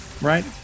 right